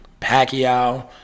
Pacquiao